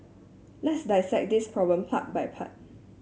let's dissect this problem part by part